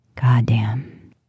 Goddamn